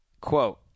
quote